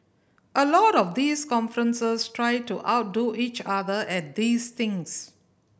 a lot of these conferences try to outdo each other at these things